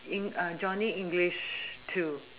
in johnny english too